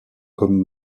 comme